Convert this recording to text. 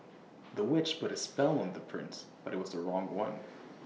the witch put A spell on the prince but IT was the wrong one